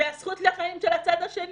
מהזכות לחיים של הצד השני?